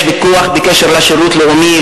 יש ויכוח בקשר לשירות לאומי,